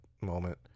moment